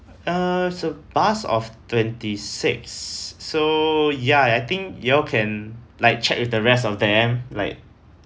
uh it was a bus of twenty six so ya I think you all can like check with the rest of them like